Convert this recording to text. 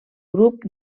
grup